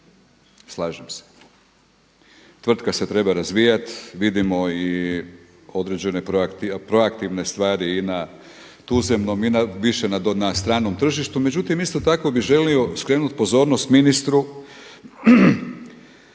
Slažem se, tvrtka se treba razvijati, vidimo i određene proaktivne stvari i na tuzemnom i na, više na stranom tržištu. Međutim, isto tako bih želio skrenuti pozornost ministru